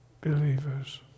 believers